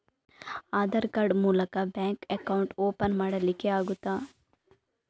Aadhaar card ಮೂಲಕ bank account open ಮಾಡಲಿಕ್ಕೆ ಆಗುತಾ?